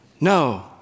No